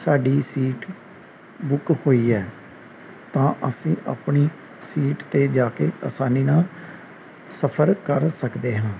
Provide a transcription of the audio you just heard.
ਸਾਡੀ seat book ਹੋਈ ਹੈ ਤਾਂ ਅਸੀਂ ਆਪਣੀ ਸੀਟ 'ਤੇ ਜਾ ਕੇ ਆਸਾਨੀ ਨਾਲ ਸਫਰ ਕਰ ਸਕਦੇ ਹਾਂ